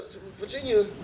Virginia